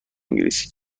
انگلیسی